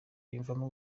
yiyumvamo